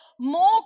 more